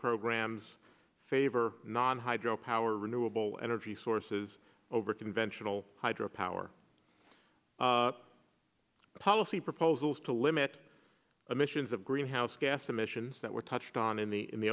programs favor non hydro power renewable energy sources over conventional hydropower policy proposals to limit emissions of greenhouse gas emissions that were touched on in the in the